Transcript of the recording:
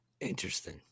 Interesting